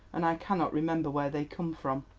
and i cannot remember where they come from.